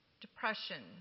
depression